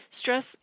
Stress